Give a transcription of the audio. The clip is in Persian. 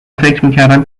فکرمیکردم